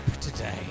today